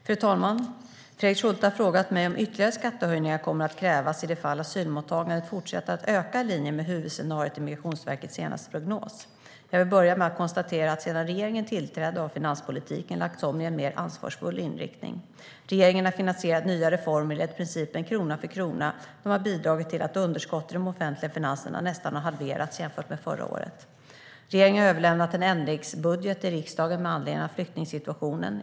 Fru talman! Fredrik Schulte har frågat mig om ytterligare skattehöjningar kommer att krävas i det fall asylmottagandet fortsätter att öka i linje med huvudscenariot i Migrationsverkets senaste prognos. Jag vill börja med att konstatera att sedan regeringen tillträdde har finanspolitiken lagts om i en mer ansvarsfull riktning. Regeringen har finansierat nya reformer enligt principen krona-för-krona. Det har bidragit till att underskottet i de offentliga finanserna nästan har halverats jämfört med förra året. Regeringen har överlämnat en ändringsbudget till riksdagen med anledning av flyktingsituationen.